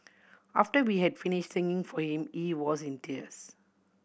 after we had finished singing for him he was in tears